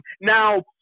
Now